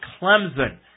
Clemson